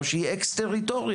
או שהיא אקס טריטוריה.